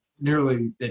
nearly